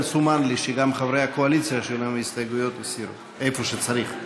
מסומן לי שגם חברי הקואליציה שהיו להם הסתייגויות הסירו איפה שצריך.